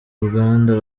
ruganda